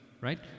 right